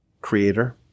Creator